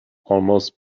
almost